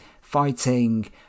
fighting